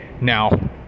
now